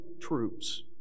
troops